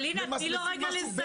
אבל, אלינה, תני לו רגע לסיים.